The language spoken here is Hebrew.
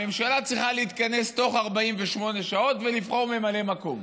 הממשלה צריכה להתכנס בתוך 48 שעות ולבחור ממלא מקום.